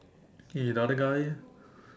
okay the other guy